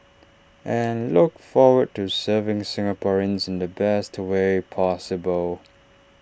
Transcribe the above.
and look forward to serving Singaporeans in the best way possible